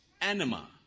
anima